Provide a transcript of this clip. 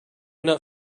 not